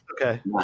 Okay